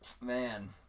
man